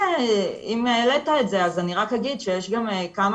אם העלית את זה אז רק אגיד שיש כמה